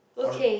okay